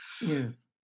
yes